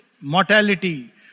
Mortality